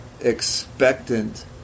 expectant